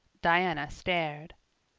diana stared.